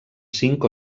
cinc